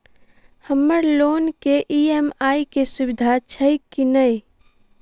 हम्मर लोन केँ ई.एम.आई केँ सुविधा छैय की नै?